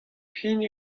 hini